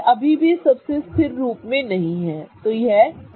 यह अभी भी सबसे स्थिर रूप में नहीं है ठीक है